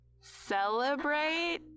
celebrate